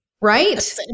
right